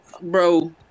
Bro